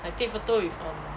I take photo with a